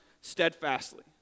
steadfastly